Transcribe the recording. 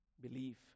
belief